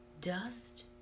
dust